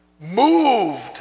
moved